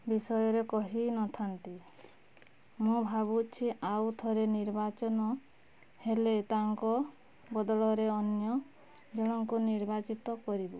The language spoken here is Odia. ବିଷୟରେ କହିନଥାନ୍ତି ମୁଁ ଭାବୁଛି ଆଉଥରେ ନିର୍ବାଚନ ହେଲେ ତାଙ୍କ ବଦଳରେ ଅନ୍ୟ ଜଣକୁ ନିର୍ବାଚିତ କରିବୁ